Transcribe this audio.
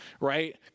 right